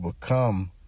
become